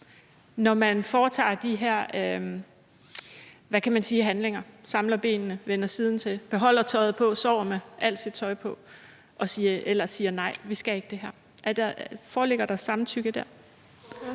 når man foretager de her, hvad kan man sige, handlinger, altså samler bindende, vender siden til, beholder tøjet på, sover med alt sit tøj på eller siger: nej, vi skal ikke det her? Foreligger der samtykke der? Kl.